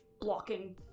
blocking